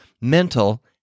mental